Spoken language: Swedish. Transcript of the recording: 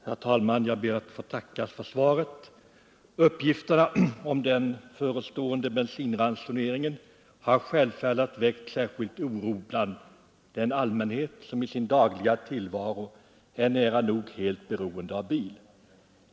Herr talman! Jag ber att få tacka herr kommunikationsministern för svaret på min enkla fråga. Uppgifterna om förestående bensinransonering har självfallet väckt särskild oro bland den allmänhet som i sin dagliga tillvaro är nära nog helt beroende av bil.